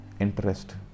interest